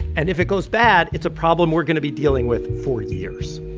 and if it goes bad, it's a problem we're going to be dealing with for years